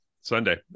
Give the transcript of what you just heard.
Sunday